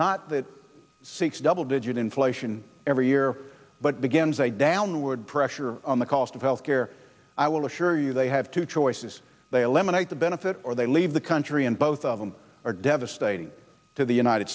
not that six double digit inflation every year but begins a downward pressure on the cost of health care i will assure you they have two choices they eliminate the benefit or they leave the country and both of them are devastating to the united